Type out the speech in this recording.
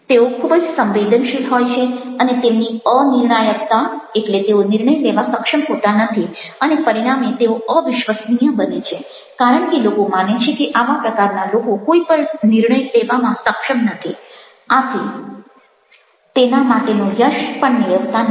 તેઓ ખૂબ જ સંવેદનશીલ હોય છે અને તેમની અનિર્ણાયકતા એટલે તેઓ નિર્ણય લેવા સક્ષમ હોતા નથી અને પરિણામે તેઓ અવિશ્વસનીય બને છે કારણ કે લોકો માને છે કે આવા પ્રકારના લોકો કોઈ પણ નિર્ણય લેવામાં સક્ષમ નથી આથી તેના માટેનો યશ પણ મેળવતા નથી